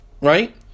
right